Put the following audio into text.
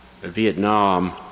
Vietnam